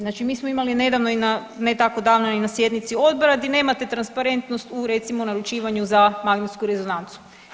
Znači, mi smo imali nedavno i na, ne tako davno i na sjednici Odbora gdje nemate transparentnost u recimo naručivanju za magnetsku rezonancu.